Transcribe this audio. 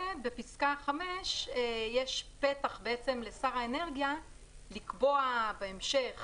ובפסקה 5 יש פתח לשר האנרגיה לקבוע בהמשך